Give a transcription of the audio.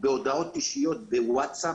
בהודעות אישיות בווטסאפ,